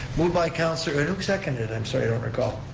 moved by councilor, and who seconded, i'm sorry, i don't recall.